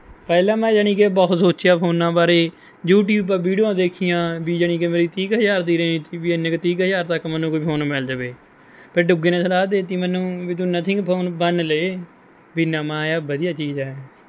ਪਹਿਲਾਂ ਮੈਂ ਜਾਣੀ ਕਿ ਬਹੁਤ ਸੋਚਿਆ ਫੋਨਾਂ ਬਾਰੇ ਯੂਟਿਊਬ ਪਰ ਵੀਡੀਓ ਦੇਖੀਆਂ ਵੀ ਜਾਣੀ ਕਿ ਮੇਰੀ ਤੀਹ ਕੁ ਹਜ਼ਾਰ ਦੀ ਰੇਂਜ ਤੀ ਵੀ ਇੰਨੇ ਕੁ ਤੀਹ ਕੁ ਹਜ਼ਾਰ ਤੱਕ ਮੈਨੂੰ ਕੋਈ ਫੋਨ ਮਿਲ ਜਾਵੇ ਫਿਰ ਡੁੱਗੇ ਨੇ ਸਲਾਹ ਦੇ ਦਿੱਤੀ ਮੈਨੂੰ ਵੀ ਤੂੰ ਨਥਿੰਗ ਫੋਨ ਵੰਨ ਲੈ ਵੀ ਨਵਾਂ ਆਇਆ ਵਧੀਆ ਚੀਜ਼ ਹੈ